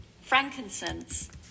frankincense